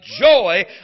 joy